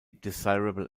desirable